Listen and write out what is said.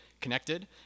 connected